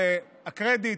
והקרדיט,